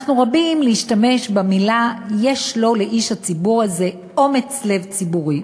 אנחנו מרבים להשתמש במילים: יש לו לאיש הציבור הזה אומץ לב ציבורי.